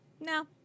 No